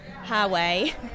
highway